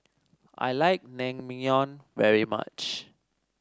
I like Naengmyeon very much